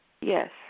Yes